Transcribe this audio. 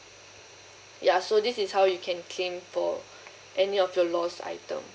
ya so this is how you can claim for any of your lost item